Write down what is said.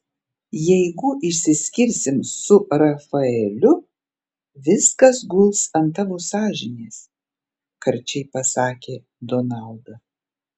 jeigu išsiskirsim su rafaeliu viskas guls ant tavo sąžinės karčiai pasakė donalda